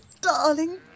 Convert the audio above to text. darling